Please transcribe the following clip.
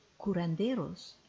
curanderos